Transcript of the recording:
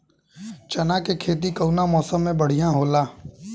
चना के खेती कउना मौसम मे बढ़ियां होला?